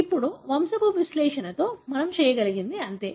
ఇప్పుడు వంశపు విశ్లేషణతో మనం చేయగలిగింది అంతే